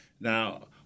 Now